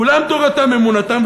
כולם תורתם אמונתם,